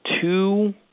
two